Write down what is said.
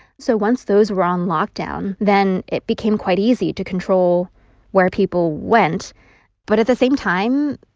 so once those were on lockdown, then it became quite easy to control where people went but at the same time,